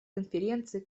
конференции